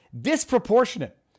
disproportionate